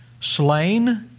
Slain